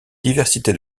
diversité